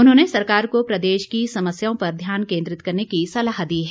उन्होंने सरकार को प्रदेश की समस्याओं पर ध्यान केन्द्रित करने की सलाह दी है